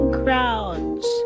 crowds